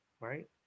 right